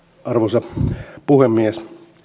arvoisa puhemies